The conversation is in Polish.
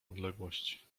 odległość